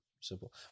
simple